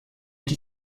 die